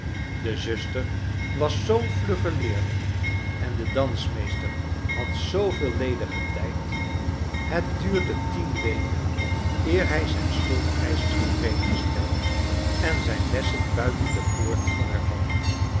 de zuster was zoo'n vlugge leerling en de dansmeester had zooveel ledigen tijd het duurde tien weken eer hij zijn schuldeischers tevreden gesteld en zrjn lessen buiten de poort kon hervatten